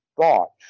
thoughts